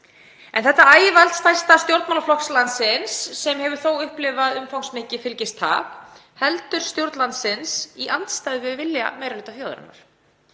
En þetta ægivald stærsta stjórnmálaflokks landsins, sem hefur þó upplifað umfangsmikið fylgistap, heldur stjórn landsins í andstöðu við vilja meiri hluta þjóðarinnar.